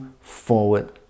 forward